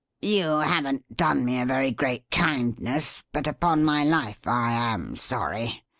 you haven't done me a very great kindness, but upon my life i am sorry.